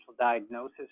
diagnosis